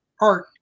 Art